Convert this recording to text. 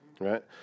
right